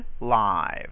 live